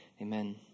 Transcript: Amen